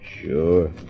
Sure